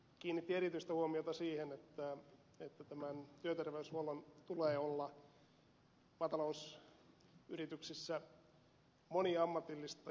kiinnitin erityistä huomiota siihen että tämän työterveyshuollon tulee olla maatalousyrityksissä moniammatillista